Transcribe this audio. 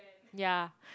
ya